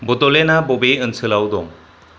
बड'लेन्डआ बबे ओनसोलाव दं